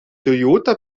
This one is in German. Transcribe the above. toyota